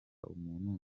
umuntu